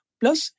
plus